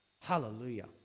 Hallelujah